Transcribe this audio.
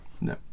No